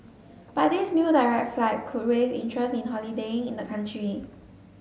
but this new direct flight could raise interest in holidaying in the country